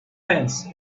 tense